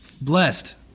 Blessed